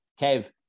Kev